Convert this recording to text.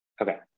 Okay